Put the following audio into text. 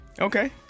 Okay